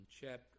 chapter